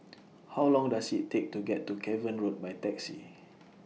How Long Does IT Take to get to Cavan Road By Taxi